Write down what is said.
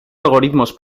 algoritmos